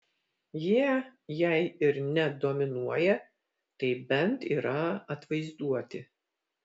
jie jei ir ne dominuoja tai bent yra atvaizduoti